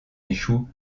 échouent